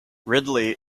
ridley